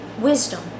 wisdom